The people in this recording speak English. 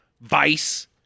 vice